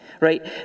right